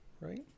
right